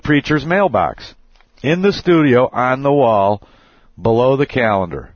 preacher's mail box in the studio on the wall below the calendar